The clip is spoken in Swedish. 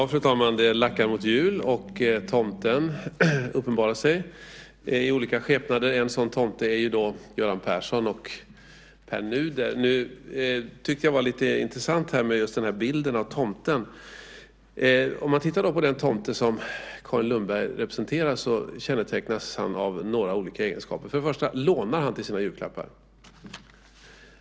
Fru talman! Det lackar mot jul och tomten uppenbarar sig i olika skepnader. En sådan tomte är då Göran Persson och Pär Nuder. Om man tittar på den tomte som Carin Lundberg representerar kännetecknas han av några olika egenskaper. För det första lånar han till sina julklappar.